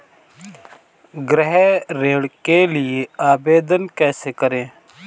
गृह ऋण के लिए आवेदन कैसे करें?